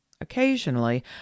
Occasionally